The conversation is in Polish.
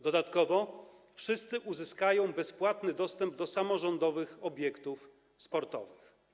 Dodatkowo wszyscy uzyskają bezpłatny dostęp do samorządowych obiektów sportowych.